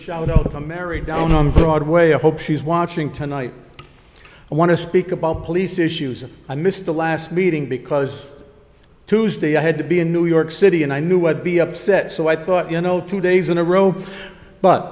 harper married down on broadway i hope she's watching tonight i want to speak about police issues and i missed the last meeting because tuesday i had to be in new york city and i knew i'd be upset so i thought you know two days in a row but